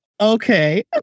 Okay